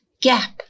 gap